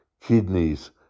kidneys